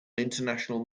international